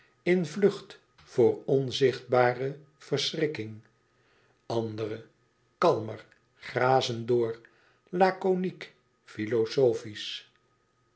in vlucht voor onzichtbare verschrikking andere kalmer grazen door laconiek filozofisch